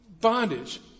bondage